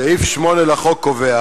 סעיף 8 לחוק קובע